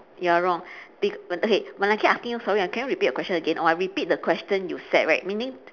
you're wrong be okay when I keep asking you sorry can you repeat your question again or I repeat the question you set right meaning